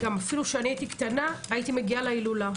כאשר הייתי קטנה הייתי מגיעה להילולה.